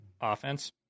Offense